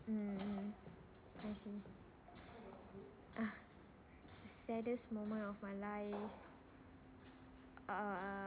mm mm okay ah the saddest moment of my life err